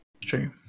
True